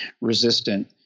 resistant